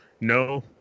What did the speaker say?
No